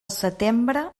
setembre